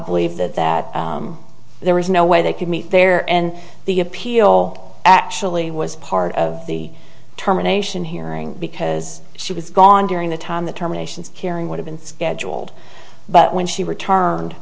believe that that there was no way they could meet there and the appeal actually was part of the terminations hearing because she was gone during the time the terminations caring would have been scheduled but when she returned